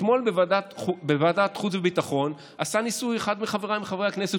אתמול בוועדת חוץ וביטחון עשה ניסוי אחד מחבריי חברי הכנסת,